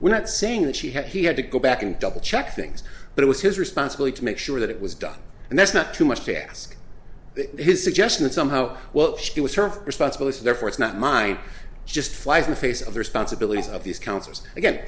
we're not saying that she had he had to go back and double check things but it was his responsibility to make sure that it was done and that's not too much to ask his suggestion that somehow well it was her responsibility therefore it's not mine just flies in the face of the responsibilities of these councils again